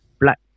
black